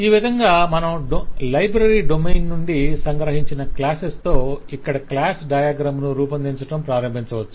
ఈ విధంగా మనం లైబ్రరీ డొమైన్ నుండి సంగ్రహించిన క్లాస్సెస్ తో ఇక్కడ క్లాస్ డయాగ్రమ్ ను రూపొందించడం ప్రారంభించవచ్చు